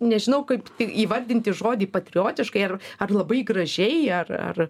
nežinau kaip įvardinti žodį patriotiškai ar ar labai gražiai ar ar